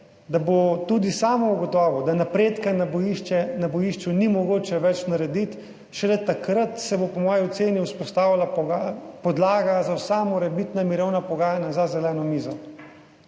da bo tudi sam ugotovil, da napredka na bojišče, na bojišču ni mogoče več narediti. Šele takrat se bo po moji oceni vzpostavila podlaga za vsa morebitna mirovna pogajanja za zeleno mizo,